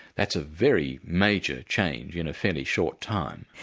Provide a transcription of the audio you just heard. that's a very major change in a fairly short time.